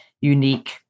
unique